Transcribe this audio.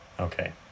Okay